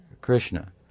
Krishna